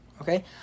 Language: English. Okay